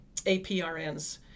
APRNs